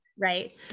right